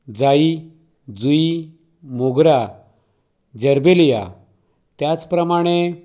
जाई जुई मोगरा जरबेलिया त्याचप्रमाणे